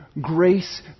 Grace